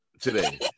today